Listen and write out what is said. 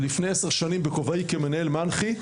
לפני 10 שנים בכובעי כמנהל מנח"י,